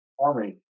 Army